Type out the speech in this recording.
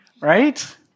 right